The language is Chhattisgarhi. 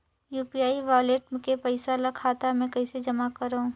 यू.पी.आई वालेट के पईसा ल खाता मे कइसे जमा करव?